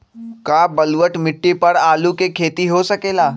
का बलूअट मिट्टी पर आलू के खेती हो सकेला?